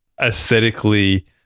aesthetically